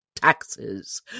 Taxes